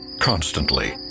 constantly